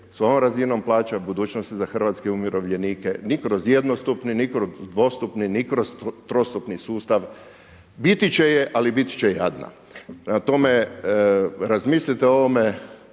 s ovom razinom plaća budućnosti za hrvatske umirovljenike, ni kroz jednostupni, ni kroz dvostupni, ni kroz trostupni sustav, biti će je ali biti će jadna. Prema tome, razmislite o ovome